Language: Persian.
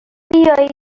بیایید